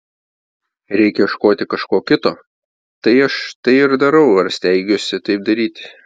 reikia ieškoti kažko kito tai aš tai ir darau ar steigiuosi taip daryti